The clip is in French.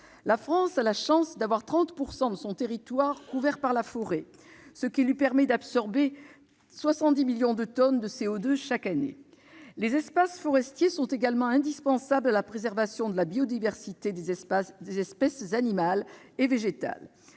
La France a la chance d'avoir 30 % de son territoire couvert par la forêt, ce qui lui permet d'absorber 70 millions de tonnes de CO2 chaque année. Les espaces forestiers sont également indispensables à la préservation de la biodiversité des espèces animales et végétales.